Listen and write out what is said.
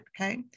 okay